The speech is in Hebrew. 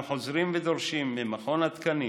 אנחנו חוזרים ודורשים ממכון התקנים